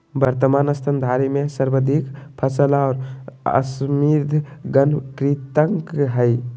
वर्तमान स्तनधारी में सर्वाधिक सफल और समृद्ध गण कृंतक के हइ